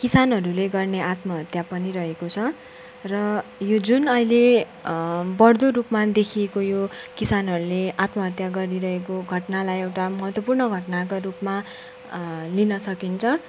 किसानहरूले गर्ने आत्महत्या पनि रहेको छ र यो जुन अहिले बढ्दो रूपमा देखिएको यो किसानहरूले आत्महत्या गरिरहेको घटनालाई एउटा महत्त्वपूर्ण घटनाका रूपमा लिन सकिन्छ